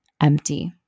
empty